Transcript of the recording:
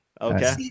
Okay